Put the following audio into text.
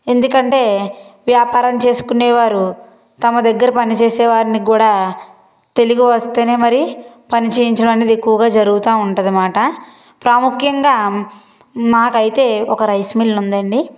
ఎందుకంటే వ్యాపారం చేసుకునేవారు తమ దగ్గర పనిచేసే వారిని కూడా తెలుగు వస్తేనే మరి పని చేయించడం అనేది ఎక్కువగా జరుగుతు ఉంటుంది అన్నమాట ప్రాముఖ్యంగా మాకైతే ఒక రైస్ మిల్లు ఉందండి